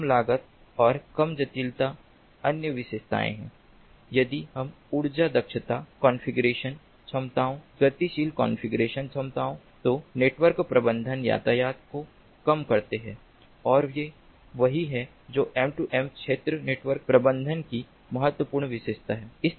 कम लागत और कम जटिलता अन्य विशेषताएं हैं यदि हम ऊर्जा दक्षता कॉन्फ़िगरेशन क्षमताओं गतिशील कॉन्फ़िगरेशन क्षमताओं तो नेटवर्क प्रबंधन यातायात को कम करते हैं और ये वही हैं जो M2M क्षेत्र नेटवर्क प्रबंधन की महत्वपूर्ण विशेषताएं हैं